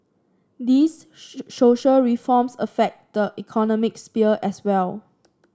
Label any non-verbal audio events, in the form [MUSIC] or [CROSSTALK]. these [UNINTELLIGIBLE] social reforms affect the economic sphere as well